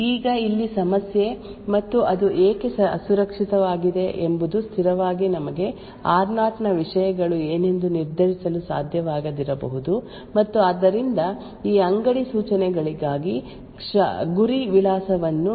ಈಗ ಇಲ್ಲಿ ಸಮಸ್ಯೆ ಮತ್ತು ಅದು ಏಕೆ ಅಸುರಕ್ಷಿತವಾಗಿದೆ ಎಂಬುದು ಸ್ಥಿರವಾಗಿ ನಮಗೆ R0 ನ ವಿಷಯಗಳು ಏನೆಂದು ನಿರ್ಧರಿಸಲು ಸಾಧ್ಯವಾಗದಿರಬಹುದು ಮತ್ತು ಆದ್ದರಿಂದ ಈ ಅಂಗಡಿ ಸೂಚನೆಗಳಿಗಾಗಿ ಗುರಿ ವಿಳಾಸವನ್ನು ಗುರುತಿಸಲು ಅಥವಾ ಪರಿಹರಿಸಲು ನಾವು ರನ್ಟೈಮ್ವರೆಗೆ ಕಾಯಬೇಕಾಗಿದೆ ಆದ್ದರಿಂದ ಇದು ಅಸುರಕ್ಷಿತ ಸೂಚನೆಗಳನ್ನು ರೂಪಿಸುತ್ತದೆ